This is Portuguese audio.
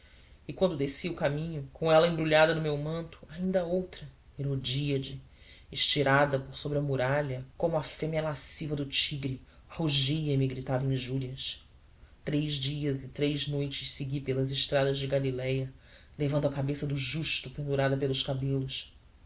e quando descia o caminho com ela embrulhada no meu manto ainda a outra herodíade estirada por sobre a muralha como a fêmea lasciva do tigre rugia e me gritava injúrias três dias e três noites segui pelas estradas de galiléia levando a cabeça do justo pendurada pelos cabelos